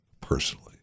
personally